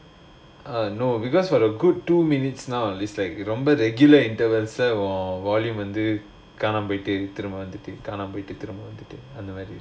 uh no because for the good two minutes now it's like you remember regular intervals or volume வந்து காணாம போய்ட்டு திரும்ப வந்துட்டு காணாம போய்ட்டு திரும்ப வந்துட்டு அந்த மாதிரி:vandhu kaanama poittu thirumba vandhuttu kaanama poittu thirumba vandhuttu andha maadhiri